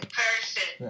person